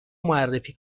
معرفی